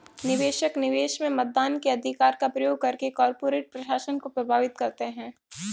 निवेशक, निवेश में मतदान के अधिकार का प्रयोग करके कॉर्पोरेट प्रशासन को प्रभावित करते है